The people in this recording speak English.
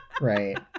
right